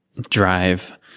drive